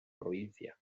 provincia